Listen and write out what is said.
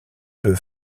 peut